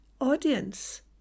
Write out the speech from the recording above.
audience